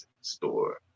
store